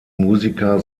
musiker